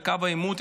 בקו העימות,